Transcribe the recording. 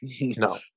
No